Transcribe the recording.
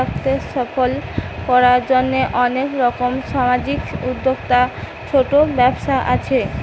উদ্যোক্তাকে সফল কোরার জন্যে অনেক রকম সামাজিক উদ্যোক্তা, ছোট ব্যবসা আছে